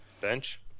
Bench